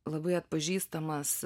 labai atpažįstamas